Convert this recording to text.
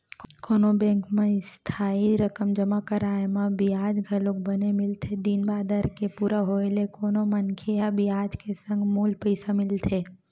कोनो बेंक म इस्थाई रकम जमा कराय म बियाज घलोक बने मिलथे दिन बादर के पूरा होय ले कोनो मनखे ल बियाज के संग मूल पइसा मिलथे